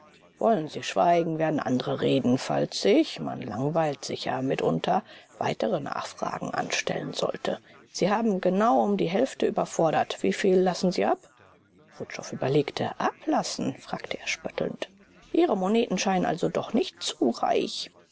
wollen sie schweigen werden andere reden falls ich man langweilt sich ja mitunter weitere nachfrage anstellen sollte sie haben genau um die hälfte überfordert wieviel lassen sie ab wutschow überlegte ablassen fragte er spöttelnd ihre moneten scheinen also doch nicht zu reichen